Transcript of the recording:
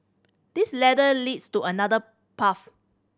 this ladder leads to another path